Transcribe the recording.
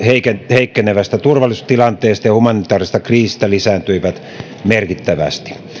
heikkenevästä turvallisuustilanteesta ja humanitaarisesta kriisistä lisääntyivät merkittävästi